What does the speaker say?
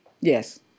Yes